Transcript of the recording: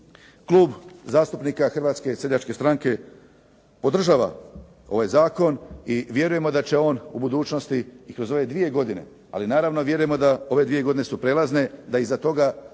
Klub zastupnika Hrvatske seljačke stranke podržava ovaj zakon i vjerujemo da će on u budućnosti i kroz ove dvije godine. Ali naravno vjerujemo da ove 2 godine su prelazne, da iza toga